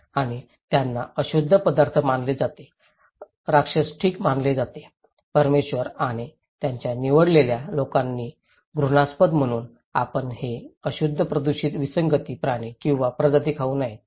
आणि त्यांना अशुद्ध पदार्थ मानले जाते राक्षस ठीक मानले जाते परमेश्वर आणि त्याच्या निवडलेल्या लोकांनी घृणास्पद म्हणून आपण हे अशुद्ध प्रदूषित विसंगती प्राणी किंवा प्रजाती खाऊ नयेत